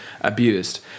abused